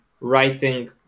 writing